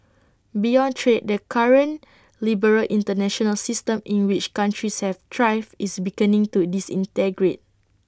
beyond trade the current liberal International system in which countries have thrived is beginning to disintegrate